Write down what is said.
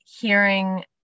hearing